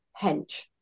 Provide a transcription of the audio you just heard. hench